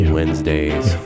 Wednesdays